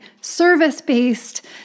service-based